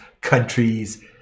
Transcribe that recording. countries